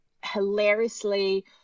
hilariously